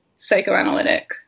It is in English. psychoanalytic